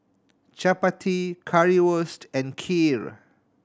Chapati Currywurst and Kheer